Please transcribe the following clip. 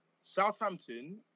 Southampton